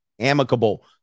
amicable